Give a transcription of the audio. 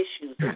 issues